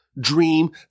Dream